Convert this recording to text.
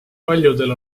paljudel